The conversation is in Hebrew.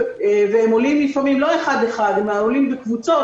והם עולים לפעמים לא אחד-אחד אלא עולים בקבוצות,